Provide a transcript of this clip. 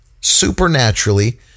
Supernaturally